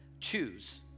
choose